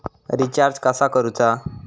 Recharge कसा करूचा?